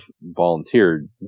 volunteered